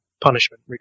punishment